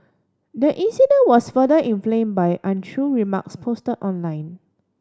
the incident was further inflame by untrue remarks post online